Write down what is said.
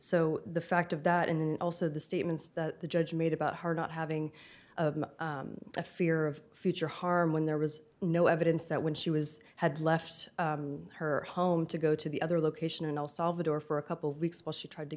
so the fact of that and also the statements that the judge made about her not having a fear of future harm when there was no evidence that when she was had left her home to go to the other location in el salvador for a couple of weeks while she tried to